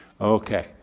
Okay